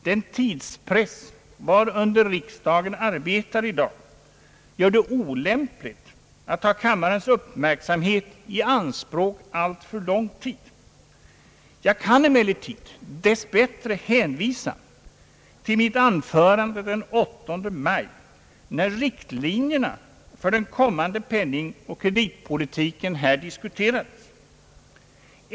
Den tidspress, varunder riksdagen arbetar i dag, gör det olämpligt att ta kammarens uppmärksamhet i anspråk alltför lång tid. Jag kan emellertid dess bättre hänvisa till mitt anförande den 8 maj, när riktlinjerna för den kommande penningoch kreditpolitiken här diskuterades.